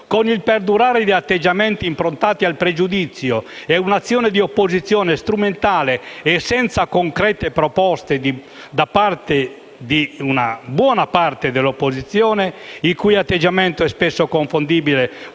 per il perdurare di atteggiamenti improntati al pregiudizio e ad un'azione di opposizione strumentale, senza concrete proposte da buona parte di chi si oppone, il cui atteggiamento è spesso confondibile